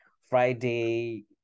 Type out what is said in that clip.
Friday